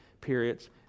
periods